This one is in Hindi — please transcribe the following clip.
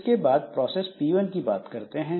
उसके बाद प्रोसेस P1 की बात करते हैं